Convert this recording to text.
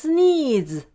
Sneeze